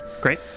Great